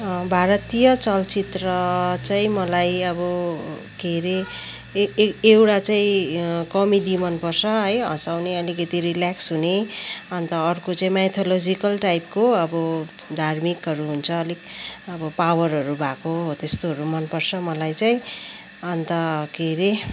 भारतीय चलचित्र चाहिँ मलाई अब के अरे एउ एउटा चाहिँ कमेडी मनपर्छ है हँसाउने अलिकति रिल्याक्स हुने अन्त चाहिँ माइथोलोजिकल टाइपको अब धार्मिकहरू हुन्छ अलिक अब पावरहरू भएको हो त्यस्तोहरू मनपर्छ मलाई चाहिँ अन्त के अरे